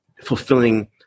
fulfilling